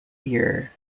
year